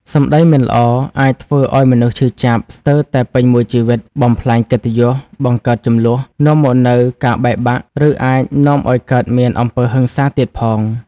សម្ដីមិនល្អ អាចធ្វើឱ្យមនុស្សឈឺចាប់ស្ទើរតែពេញមួយជីវិត បំផ្លាញកិត្តិយស បង្កើតជម្លោះ នាំមកនូវការបែកបាក់ ឬអាចនាំឱ្យកើតមានអំពើហិង្សាទៀតផង។